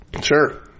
Sure